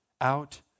out